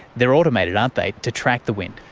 they are automated, aren't they, to track the wind.